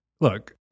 Look